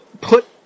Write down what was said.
Put